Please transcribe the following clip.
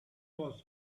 was